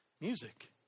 music